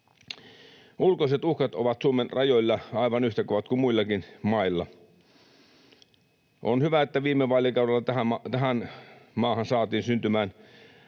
Ulkoiset uhkat ovat Suomen rajoilla aivan yhtä kovat kuin muillakin mailla. On hyvä, että viime vaalikaudella tähän maahan saatiin syntymään